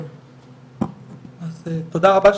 תודה רבה,